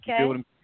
Okay